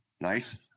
nice